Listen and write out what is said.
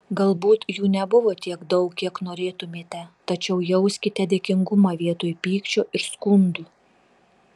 galbūt jų nebuvo tiek daug kiek norėtumėte tačiau jauskite dėkingumą vietoj pykčio ir skundų